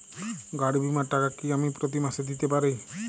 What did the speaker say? গাড়ী বীমার টাকা কি আমি প্রতি মাসে দিতে পারি?